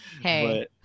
hey